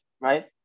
right